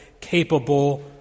capable